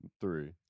three